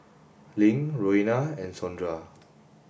Link Roena and Sondra